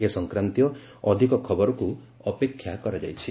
ଏ ସଂକ୍ରାନ୍ତୀୟ ଅଧିକ ଖବରକୁ ଅପେକ୍ଷା କରାଯାଇଛି